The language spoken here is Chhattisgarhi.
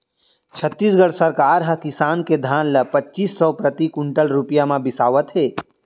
छत्तीसगढ़ सरकार ह किसान के धान ल पचीस सव प्रति कोंटल रूपिया म बिसावत हे